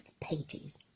pages